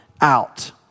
out